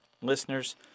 Listeners